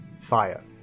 fire